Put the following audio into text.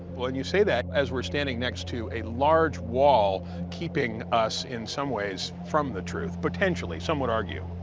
well, and you say that as we're standing next to a large wall keeping us, in some ways, from the truth potentially, some would argue.